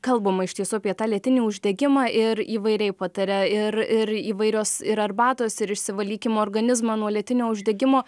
kalbama iš tiesų apie tą lėtinį uždegimą ir įvairiai pataria ir ir įvairios ir arbatos ir išsivalykim organizmą nuo lėtinio uždegimo